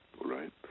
Right